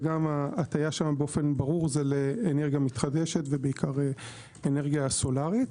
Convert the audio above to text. וגם ההטיה שם באופן ברור זה לאנרגיה מתחדשת ובעיקר אנרגיה סולרית.